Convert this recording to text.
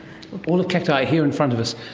all of cacti here in front of us.